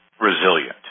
resilient